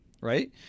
right